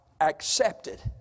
Accepted